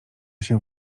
się